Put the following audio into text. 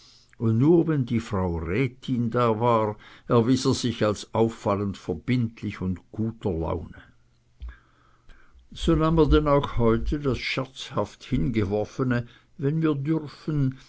nur wenn er die frau rätin sah erwies er sich auffallend verbindlich und guter laune so nahm er denn auch heute das scherzhaft hingeworfene wenn wir dürfen